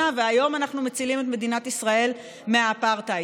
חצי ממנו מוצף מים כל השנה וחצי ממנו מצליחים לעבד.